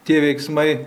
tie veiksmai